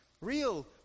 real